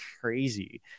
crazy